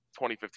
2015